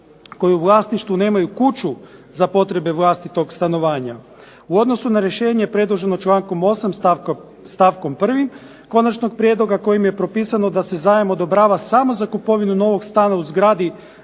koji u vlasništvu nemaju kuću za potrebe vlastitog stanovanja. U odnosu na rješenje predloženo člankom 8. stavkom 1. konačnog prijedloga kojim je propisano da se zajam odobrava samo za kupovinu novog stana u zgradi